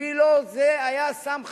בשבילו זה היה סם חיים,